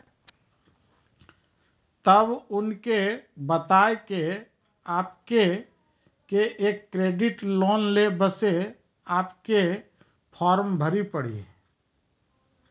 तब उनके बता के आपके के एक क्रेडिट लोन ले बसे आपके के फॉर्म भरी पड़ी?